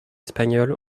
espagnole